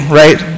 right